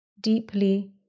deeply